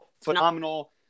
Phenomenal